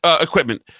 equipment